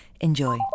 Enjoy